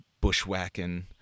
bushwhacking